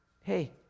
hey